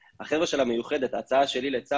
--- החיים האזרחיים, זה נקרא 'סל